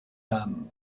dame